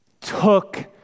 took